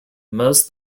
most